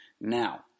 Now